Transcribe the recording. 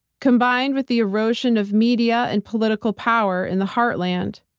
combined with the erosion of media and political power in the heartland,